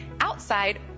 outside